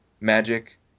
Magic